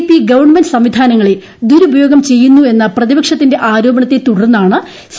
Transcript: പ്പി ് ഗ്വൺമെന്റ് സംവിധാനങ്ങളെ ദുരുപയോഗം ചെയ്യുന്നു് എന്ന പ്രതിപക്ഷത്തിന്റെ ആരോപണത്തെ ത്രൂട്ടർന്നാണ് സി